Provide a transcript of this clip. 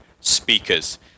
speakers